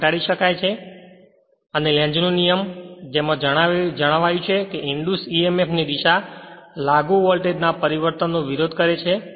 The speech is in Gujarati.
આ ઘટાડી શકાય છે અને લેન્ઝનો નિયમ જેમાં જણાવાયું છે કે ઇંડ્યુસ Emf ની દિશા લાગુ વોલ્ટેજ ના પરિવર્તન નો વિરોધ કરે છે